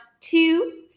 two